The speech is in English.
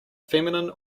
feminine